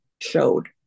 showed